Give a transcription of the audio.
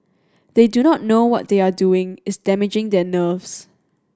they do not know what they are doing is damaging their nerves